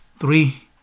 three